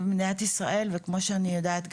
אלא שאנחנו במדינת ישראל וכמו שאני יודעת,